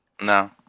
no